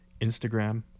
Instagram